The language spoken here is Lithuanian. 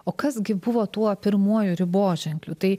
o kas gi buvo tuo pirmuoju riboženkliu tai